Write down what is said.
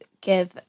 give